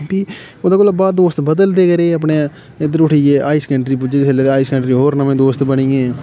फ्ही ओह्दे कोला बाद दोस्त बदलदे गै रेह् अपने इद्धर उठी गै हाई सकैन्डरी पुज्जे जिसलै ते हाई सकैंडरी होर नमें दोस्त बनी गी